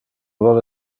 vole